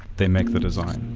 they make the design.